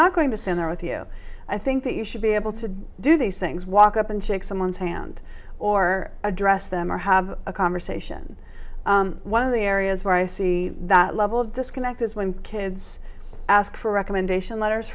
not going to stand there with you i think that you should be able to do these things walk up and shake someone's hand or address them or have a conversation one of the areas where i see that level of disconnect is when kids ask for a recommendation letters